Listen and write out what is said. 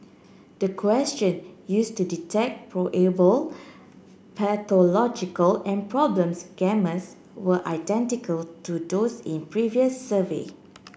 the question use to detect probable pathological and problems were identical to those in previous survey